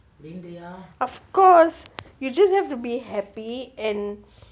of course you just have to be happy and